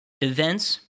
events